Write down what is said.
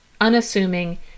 unassuming